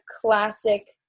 classic